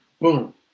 boom